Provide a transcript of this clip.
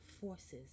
forces